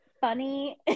funny